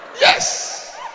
Yes